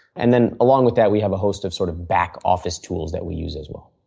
and then along with that, we have a host of sort of back office tools that we use as well.